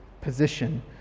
position